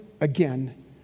again